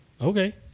okay